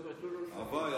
הלוואי.